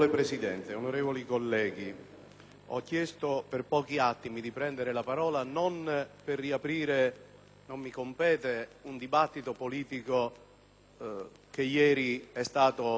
ho chiesto per pochi attimi di prendere la parola non per riaprire - non mi compete - un dibattito politico che ieri è stato più che sufficiente,